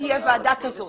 תהיה ועדה כזאת